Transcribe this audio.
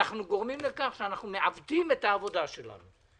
אנחנו גורמים לכך שאנחנו מעבדים אות העבודה שלנו.